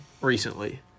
recently